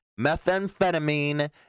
methamphetamine